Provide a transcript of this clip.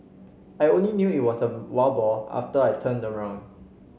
I only knew it was a wild boar after I turned around